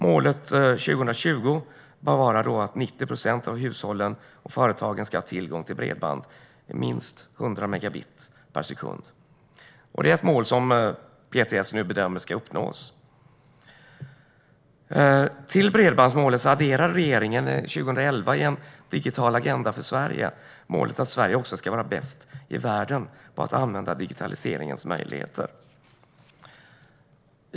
Målet bör vara att 2020 ska 90 procent av hushållen och företagen ha tillgång till bredband med minst 100 megabit per sekund. Det är ett mål som PTS nu bedömer ska uppnås. Till bredbandsmålet adderade regeringen 2011 i en digital agenda för Sverige målet att Sverige också ska vara bäst i världen på att använda digitaliseringens möjligheter.